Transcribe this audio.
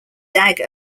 dag